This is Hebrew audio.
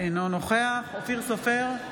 אינו נוכח אופיר סופר,